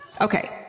Okay